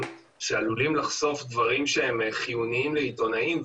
שיכולים לחשוף דברים חיוניים לעיתונאים,